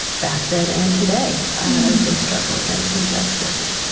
back then and today, as they struggle against injustice